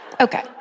Okay